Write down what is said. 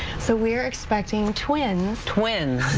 so we are expecting twins. twins.